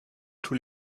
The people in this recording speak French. tous